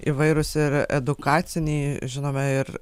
įvairūs edukaciniai žinome ir